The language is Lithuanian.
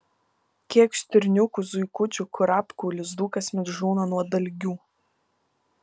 kiek stirniukų zuikučių kurapkų lizdų kasmet žūna nuo dalgių